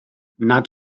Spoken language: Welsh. nad